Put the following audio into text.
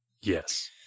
Yes